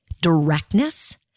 directness